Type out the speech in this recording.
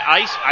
ice